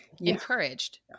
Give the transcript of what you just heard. encouraged